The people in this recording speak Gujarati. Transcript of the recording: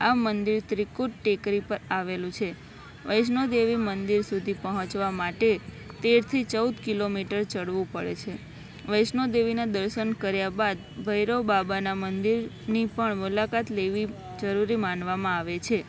આ મંદિર ત્રિકૂટ ટેકરી પર આવેલું છે વૈષ્ણવદેવી મંદિર સુધી પહોંચવા માટે તેરથી ચૌદ કિલોમીટર ચઢવુ પડે છે વૈષ્ણવદેવીના દર્શન કર્યા બાદ ભૈરવ બાબાના મંદિરની પણ મુલાકાત લેવી જરૂરી માનવામાં આવે છે